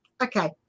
okay